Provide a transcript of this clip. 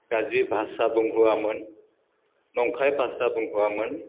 गाज्रि भाषा बुंहोआमोन नंखाय भाषा बुंहोआमोन